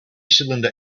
cylinder